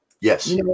yes